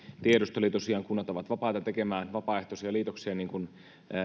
tiedusteli tosiaan kunnat ovat vapaita tekemään vapaaehtoisia liitoksia niin kuin